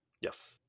Yes